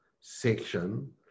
section